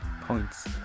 points